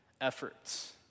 efforts